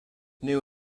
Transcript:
new